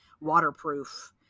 waterproof